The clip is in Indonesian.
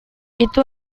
itu